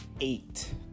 eight